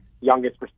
youngest